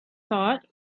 thought